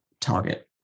target